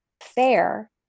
fair